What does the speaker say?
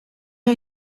are